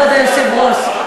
כבוד היושב-ראש.